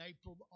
April